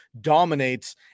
Dominates